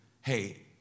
Hey